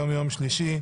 היום יום שלישי,